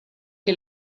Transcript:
che